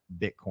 Bitcoin